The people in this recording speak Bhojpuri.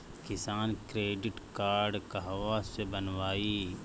किसान क्रडिट कार्ड कहवा से बनवाई?